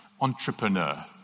entrepreneur